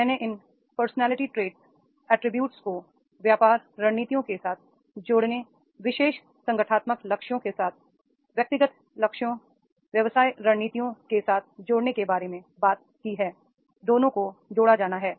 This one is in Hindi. मैंने इन पर्सनैलिटी ट्रेट अटरीब्यूट्स को व्यापार रणनीतियों के साथ जोड़ने विशेष संगठनात्मक लक्ष्यों के साथ व्यक्तिगत लक्ष्यों व्यवसाय रणनीतियों के साथ जुड़ने के बारे में बात की है दोनों को जोड़ा जाना है